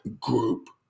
group